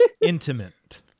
intimate